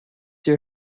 your